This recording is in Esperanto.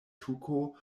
tuko